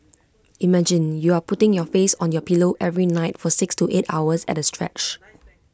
imagine you're putting your face on your pillow every night for six to eight hours at A stretch